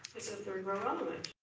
it's a third row element.